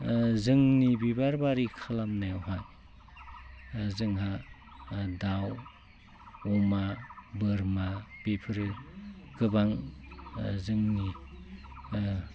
जोंनि बिबार बारि खालामनायावहा जोंहा दाउ अमा बोरमा बेफोरो गोबां जोंनि